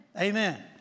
amen